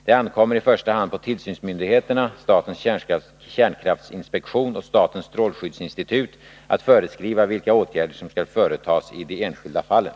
Det ankommer i första hand på tillsynsmyndigheterna, statens kärnkraftinspektion och statens strålskyddsinstitut, att föreskriva vilka åtgärder som skall företas i de enskilda fallen.